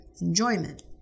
enjoyment